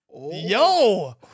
Yo